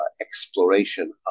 exploration